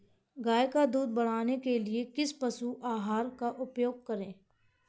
गाय का दूध बढ़ाने के लिए किस पशु आहार का उपयोग करें?